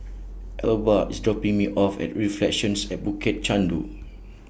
Elba IS dropping Me off At Reflections At Bukit Chandu